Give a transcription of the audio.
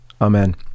Amen